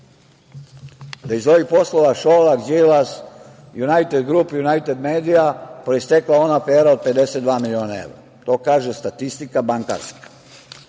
da iz ovih poslova Šolak, Đilas, „Junajted grup“, „Junajted medija“ proistekla ona afera od 52 miliona evra. To kaže statistika, bankarska. Šta